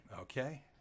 Okay